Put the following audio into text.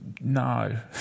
no